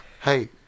Hey